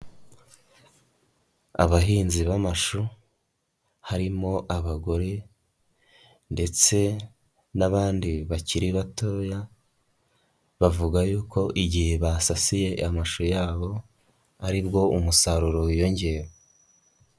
Abahinzi b'amashu harimo abagore ndetse n'abandi bakiri batoya, bavuga yuko igihe basasiye amashu yabo ari bwo umusaruro wiyongera.